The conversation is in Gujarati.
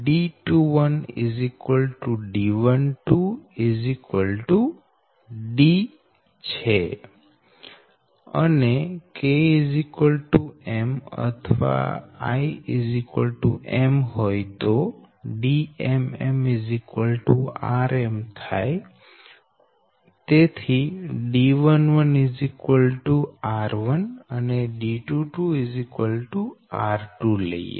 અને k m અથવા i m હોય તો Dmm rm થાય તેથી D11 r1 અને D22 r2 લઈએ